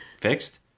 fixed